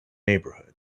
neighborhood